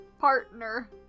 partner